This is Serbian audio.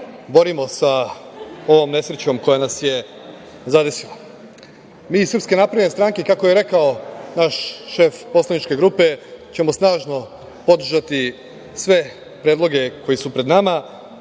borimo sa ovom nesrećom koja nas je zadesila. Mi iz SNS, kako je rekao naš šef poslaničke grupe, ćemo snažno podržati sve predloge koji su pred nama,